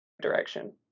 direction